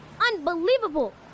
unbelievable